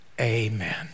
amen